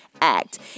Act